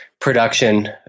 production